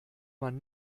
man